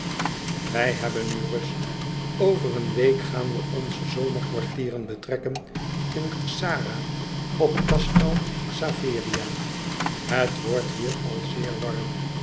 wij hebben nu rust over een week gaan we onze zomerkwartieren betrekken in xara op castel xaveria het wordt hier al zeer warm